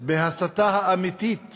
בהסתה האמיתית